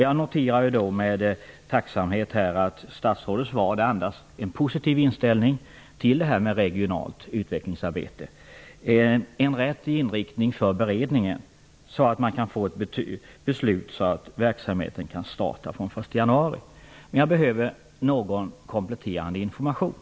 Jag noterar med tacksamhet att statsrådets svar andas en positiv inställning till ett regionalt utvecklingsarbete. En önskvärd inriktning för beredningen är att beslut fattas i så god tid att verksamheten kan starta den 1 januari. Jag behöver dock litet av kompletterande information.